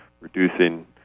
reducing